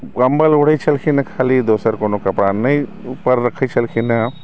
कम्बल ओढ़ै छलखिन खाली दोसर कोनो कपड़ा नहि ओइपर रखै छलखिन हँ